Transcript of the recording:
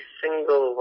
single